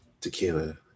tequila